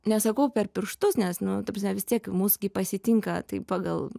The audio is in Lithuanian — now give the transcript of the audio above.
nesakau per pirštus nes nu ta prasme vis tiek mus gi pasitinka tai pagal